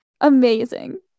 Amazing